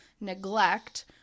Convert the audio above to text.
neglect